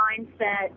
mindset